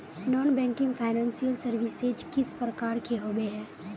Non banking financial services किस प्रकार के होबे है?